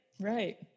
right